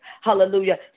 hallelujah